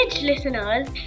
listeners